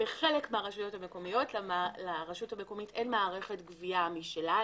בחלק מהרשויות המקומיות לרשות המקומית אין מערכת גבייה משלה,